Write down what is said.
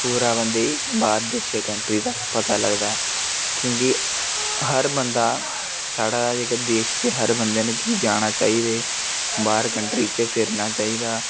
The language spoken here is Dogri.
पूरा बन्दे गी बाह्र देशै दी कंट्री दा पता लगदा क्योंकि हर बन्दा साढ़ा जेह्का देश दे हर बन्दे न कि जाना चाहिदे बाह्र कंट्री च फिरना चाहिदा